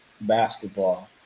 basketball